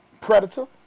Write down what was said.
predator